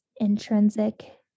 intrinsic